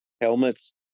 helmets